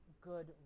good